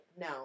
no